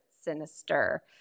sinister